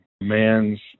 man's